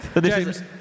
James